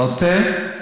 בעל פה ובכתב.